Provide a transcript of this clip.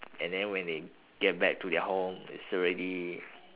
and then when they get back to their home it's already